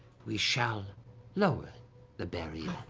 we shall lower the barrier